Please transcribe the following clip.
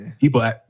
People